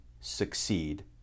succeed